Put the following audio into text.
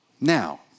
Now